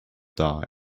die